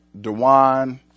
Dewan